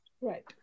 Right